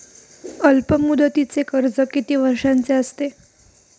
अल्पमुदतीचे कर्ज किती वर्षांचे असते?